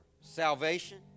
Salvation